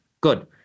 Good